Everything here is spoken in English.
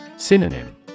Synonym